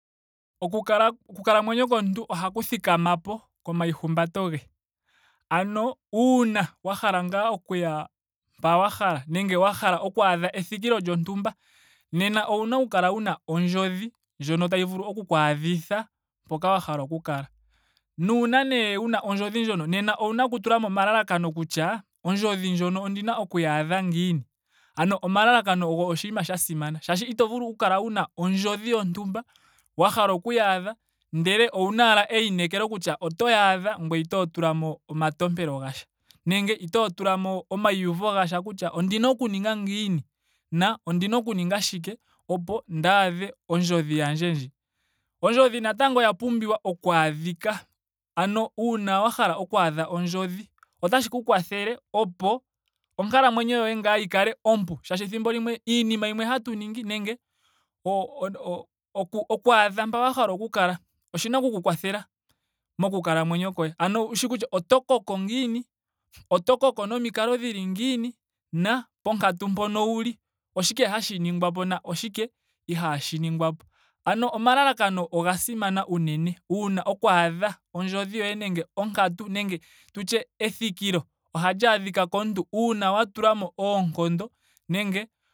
Oku- oku kalamwenyo komuntu ohaku thikamapo komaihumbato ge. Ano uuna wa hala ngaa okuya mpa wa hala nenge wa hala okwaadha ethikilo lyontumba nena owuna oku kala wuna ondjodhi ndjono tayi vulu oku ku adhitha mpoka wa hala oku kala. Nuuna nee wuna ondjodhi ndjono owuna oku tulamo omalalakano kutya ondjodhi ndjono ondina okuyi adha ngiini. Ano omalalakno ogo oshinima sha simana. shaashi ito kala wuna ondjodhi yontumba. wa hala okuyi adha ndele owuna ashike einekelo kutya otoyi adha ngweye itoo tulapo omatompelo gasha. Nenge itoo tulamo omaiuvo gasha kutya ondina oku ninga ngiini na ondina oku ninga shike opo ndi adhe ondjodhi yandje ndji. Ondjodhi natango oya pumbiwa okwaadhika ano uuna wa hala okwaadha ondjodhi. otashi ku kwathele opo onkalamwenyo yoye ngaa yi kale ompu. Shaashi ethimbo limwe inima yimwe hatu ningi nenge o- o- okwaadha mpa wa hala oku kala oshina oku ku kwathela moku kalamwenyo koye. Ano owushi kutya oto koko ngiini. oto koko nomikalo dhili ngiini na ponkatu mpoka wuli oshike hashi ningwa po na oshike ihaashi ningwa po. Ano omalalakano oga simana unene uuna okwaadha ondjodhi yoye nenge onkatu nenge tu tye ethikilo ohal adhika komuntu uuna wwa tulapo oonkondo nenge